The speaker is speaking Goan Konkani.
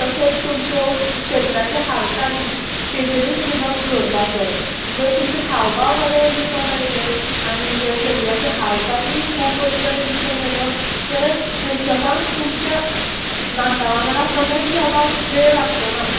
तशेंच तुमच्यो शरिराच्यो हालचाली ताजेरूय तुमी लक्ष दवरपाक जाय जर तुमचे हावभाव बरें दिसून आयले आनी जर शरिराचे हालचाली खूब बरे तरेन दिसून आयलो जाल्यार प्रेक्षकांक तुमच्या नाचावडा कनेक्ट जावपाक वेळ लागचो ना